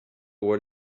what